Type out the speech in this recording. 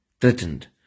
threatened